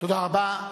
תודה רבה.